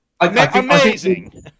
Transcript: Amazing